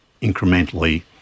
incrementally